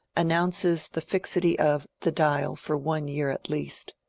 announces the fixity of the dial for one year at least.